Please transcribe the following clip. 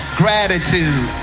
gratitude